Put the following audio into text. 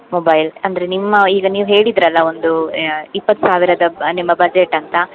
mobile ಅಂದರೆ ನಿಮ್ಮ ಈಗ ನೀವು ಹೇಳಿದಿರಲ್ಲ ಒಂದು ಇಪ್ಪತ್ತು ಸಾವಿರದ ಬ ನಿಮ್ಮ ಬಜೆಟ್ ಅಂತ